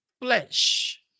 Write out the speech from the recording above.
flesh